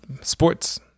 sports